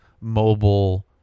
mobile